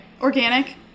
organic